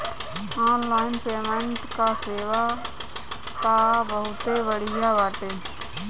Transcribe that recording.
online payment कअ सेवा तअ बहुते बढ़िया बाटे